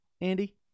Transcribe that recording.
Andy